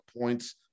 points